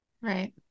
Right